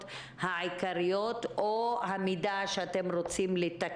העיקריות שיועלו או לתקן מידע ולעדכן.